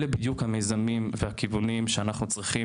אלה בדיוק המזימים והכיוונים שאנחנו צריכים.